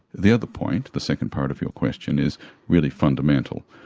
the other point, the second part of your question, is really fundamental.